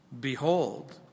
behold